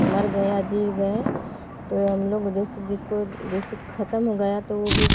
मर गए या जी गए तो ये हम लोग जैसे जिसको जैसे ख़त्म हो गया तो वो भी